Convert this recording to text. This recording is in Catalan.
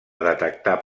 detectar